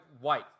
White